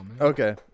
Okay